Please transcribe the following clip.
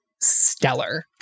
stellar